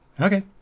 Okay